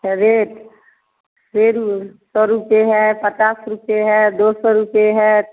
अच्छा rate rate वह सौ रूपये है पचास रूपये है दो सौ रूपये है